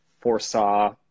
foresaw